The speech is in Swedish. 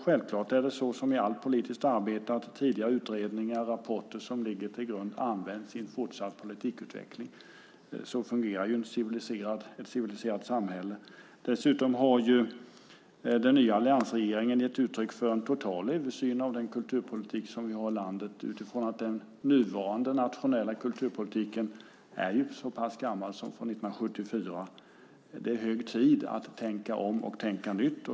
Självklart är det så, som i allt politiskt arbete, att tidigare utredningar och rapporter ligger till grund och används i en fortsatt politikutveckling. Så fungerar ett civiliserat samhälle. Dessutom har alliansregeringen gett uttryck för en total översyn av den kulturpolitik som vi har i landet med tanke på att den nuvarande nationella kulturpolitiken är så pass gammal som från 1974. Det är hög tid att tänka om och tänka nytt.